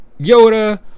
Yoda